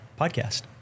podcast